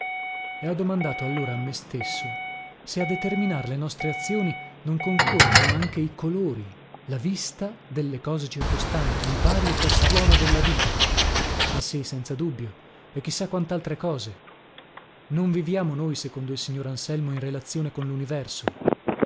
e ho domandato allora a me stesso se a determinar le nostre azioni non concorrano anche i colori la vista delle cose circostanti il vario frastuono della vita ma sì senza dubbio e chi sa quantaltre cose non viviamo noi secondo il signor anselmo in relazione con